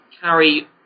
carry